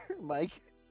Mike